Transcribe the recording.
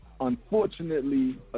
unfortunately